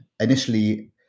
initially